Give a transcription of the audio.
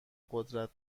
قدرت